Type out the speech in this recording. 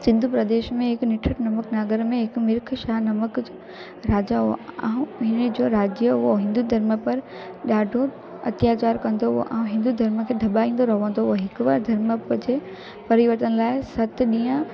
सिंधु प्रदेश में हिकु निठुक नमुक नागर में हिकु मिरुख शाह नामक जो राजा हो ऐं हिनजो राज्य उहो हिंदू धर्म पर ॾाढो अत्याचार कंदो हुओ ऐं हिंदू धर्म खे दॿाईंदो रहंदो हो हिकु बार धर्म जे परिवर्तन लाइ सत ॾींहं